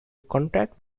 contact